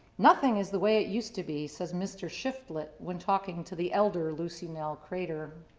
nothing is the way it used to be, says mr. shiflet when talking to the elder, lucy nell crader.